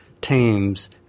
teams